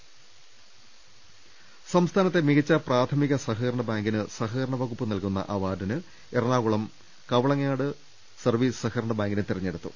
രുവെട്ട്ടറി സംസ്ഥാനത്തെ മികച്ച പ്രാഥമിക സഹകരണ ബാങ്കിന് സഹകരണ വകുപ്പ് നൽകുന്ന അവാർഡിന് എറണാകുളം കവളങ്ങാട്ട് സർവീസ് സഹ കരണ ബാങ്കിനെ തെരഞ്ഞെടുത്തു